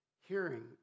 hearing